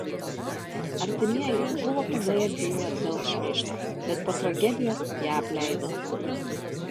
artimieji buvo pradėję bylą dėl šmeižto bet po tragedijos ją apleido